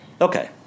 Okay